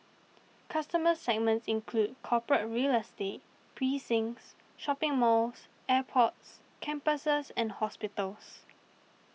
customer segments include corporate real estate precincts shopping malls airports campuses and hospitals